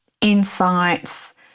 insights